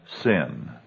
sin